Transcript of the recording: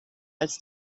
als